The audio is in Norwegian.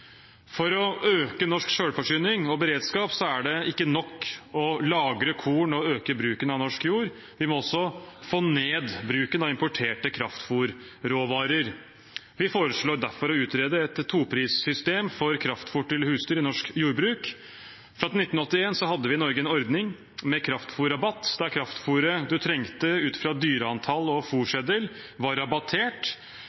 For å øke norsk selvforsyning og beredskap er det ikke nok å lagre korn og øke bruken av norsk jord. Vi må også få ned bruken av importerte kraftfôrråvarer. Vi foreslår derfor å utrede et toprissystem for kraftfôr til husdyr i norsk jordbruk. Fram til 1981 hadde vi i Norge en ordning med kraftfôrrabatt der kraftfôret man trengte ut fra dyreantall og